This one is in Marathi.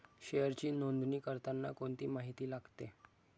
शेअरची नोंदणी करताना कोणती माहिती लागते?